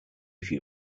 few